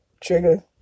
Trigger